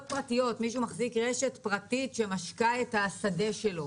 לגבי מי שמחזיק רשת פרטית שמשקה את השדה שלו,